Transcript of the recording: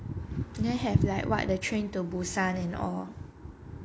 then have like what the train to busan and all